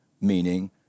meaning